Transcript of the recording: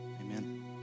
amen